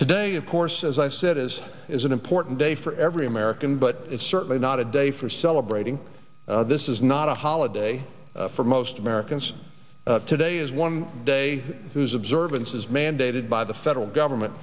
today of course as i said is is an important day for every american but it's certainly not a day for celebrating this is not a holiday for most americans today is one day whose observance is mandated by the federal government